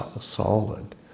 solid